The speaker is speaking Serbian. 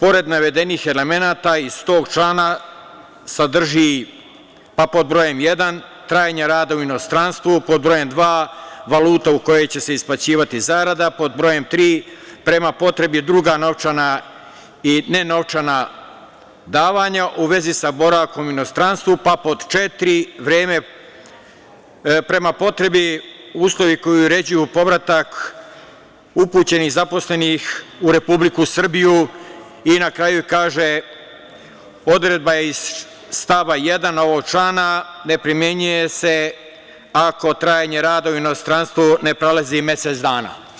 pored navedenih elemenata iz tog člana sadrži: 1) trajanje rada u inostranstvu, 2) valuta u kojoj će se isplaćivati zarada, 3) prema potrebi druga novčana i nenovčana davanja u vezi sa boravkom u inostranstvu, pa 4) prema potrebi uslovi koji uređuju povratak upućenih zaposlenih u Republiku Srbiju i na kraju kaže – odredba iz stava 1. ovog člana ne primenjuje se ako trajanje rada u inostranstvu ne prelazi mesec dana.